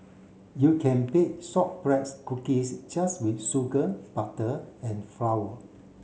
you can bake shortbread cookies just with sugar butter and flour